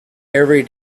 every